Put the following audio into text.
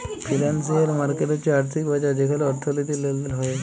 financial market হচ্যে আর্থিক বাজার যেখালে অর্থনীতির লেলদেল হ্য়েয়